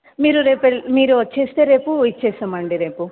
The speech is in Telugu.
మీరు రేపు మీరు వస్తే రేపు ఇస్తాం అండి రేపు